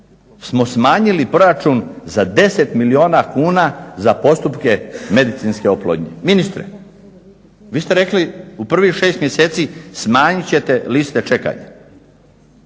smo smanjili proračun za 10 milijuna kuna za postupke medicinske oplodnje. Ministre vi ste rekli u prvih šest mjeseci smanjit ćete liste čekanja,